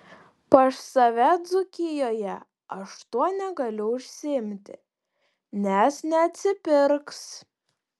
pas save dzūkijoje aš tuo negaliu užsiimti nes neatsipirks